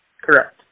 Correct